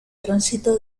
tránsito